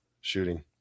shooting